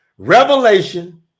Revelation